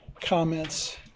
comments